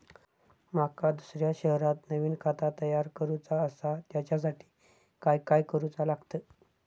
माका दुसऱ्या शहरात नवीन खाता तयार करूचा असा त्याच्यासाठी काय काय करू चा लागात?